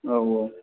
औ औ